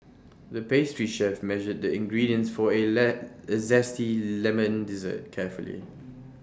the pastry chef measured the ingredients for A A Zesty Lemon Dessert carefully